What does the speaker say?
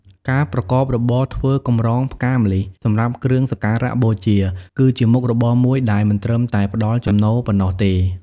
ការប្រកបរបរធ្វើកម្រងផ្កាម្លិះសម្រាប់គ្រឿងសក្ការបូជា គឺជាមុខរបរមួយដែលមិនត្រឹមតែផ្ដល់ចំណូលប៉ុណ្ណោះទេ។